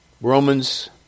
Romans